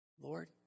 Lord